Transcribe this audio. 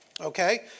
okay